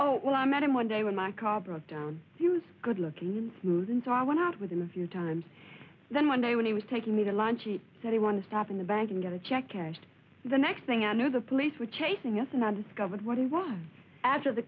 oh well i met him one day when my car broke down he was good looking and moving so i went out with him a few times then one day when he was taking me to lunch he said i want to stop in the bank and get a check cashed the next thing i knew the police were chasing us and i discovered what it was after the